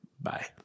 Bye